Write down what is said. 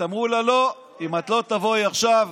אמרו לה: לא, אם את לא תבואי עכשיו,